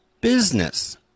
business